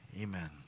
Amen